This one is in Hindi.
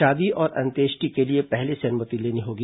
शादी और अंत्येष्टि के लिए पहले से अनुमति लेनी होगी